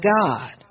God